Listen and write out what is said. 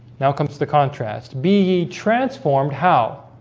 now comes the contrast be transformed how